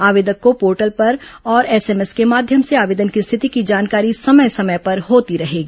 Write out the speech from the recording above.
आवेदक को पोर्टल पर और एसएमएस के माध्यम से आवेदन की स्थिति की जानकारी समय समय पर होती रहेगी